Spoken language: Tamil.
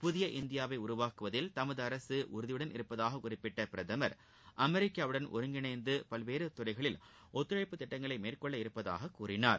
புதிய இந்தியாவை உருவாக்குவதில் தமது அரசு உறுதியுடன் இருப்பதாகக் குறிப்பிட்ட பிரதமா் அமெிக்காவுடன் ஒருங்கிணைந்து பல்வேறு துறைகளில் ஒத்துழைப்பு திட்டங்களை மேற்கொள்ள உள்ளதாகக் கூறினார்